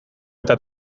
eta